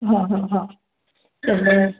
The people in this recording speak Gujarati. હા હા હા એટલે